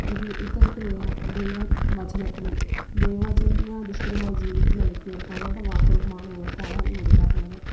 ഇന് ഇത്തരത്തിലുള്ള ദൈവ വചനത്തിനും ദൈവവചനാതിഷ്ടിതമായി ജീവിക്കുന്ന വ്യക്തികള്ക്കും അവരുടെ വാക്കുകള്ക്കുമാണ് ഞങ്ങള് പ്രാധാന്യം കൊടുക്കാറുള്ളത്